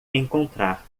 encontrar